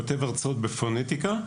כותב הרצאות בפונטיקה.